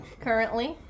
currently